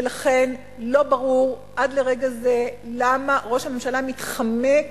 ולכן, לא ברור עד לרגע זה למה ראש הממשלה מתחמק